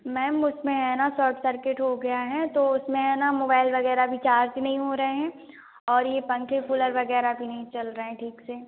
ma'am उसमें है ना साट सर्किट हो गया है तो उसमें है ना मोबाइल वग़ैरह भी चार्ज नहीं हो रहे हैं और ये पंखे कूलर वग़ैरह भी नहीं चल रहे हैं ठीक से